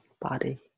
body